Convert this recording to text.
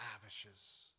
lavishes